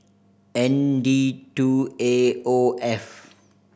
N D two A O F